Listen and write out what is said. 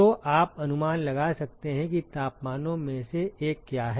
तो आप अनुमान लगा सकते हैं कि तापमानों में से एक क्या है